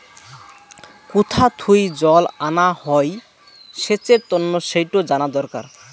কুথা থুই জল আনা হই সেচের তন্ন সেইটো জানা দরকার